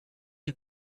you